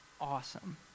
awesome